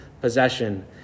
possession